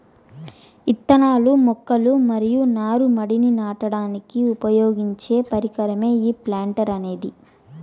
ఇత్తనాలు, మొక్కలు మరియు నారు మడిని నాటడానికి ఉపయోగించే పరికరమే ఈ ప్లాంటర్ అనేది